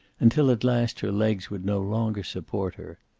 until at last her legs would no longer support her.